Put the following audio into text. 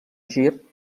gir